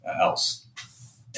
else